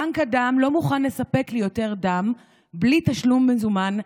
בנק הדם לא מוכן לספק לי יותר דם בלי תשלום מזומן,